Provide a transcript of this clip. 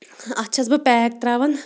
اَتھ چھَس بہٕ پیک ترٛاوَان